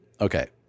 okay